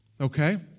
okay